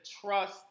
trust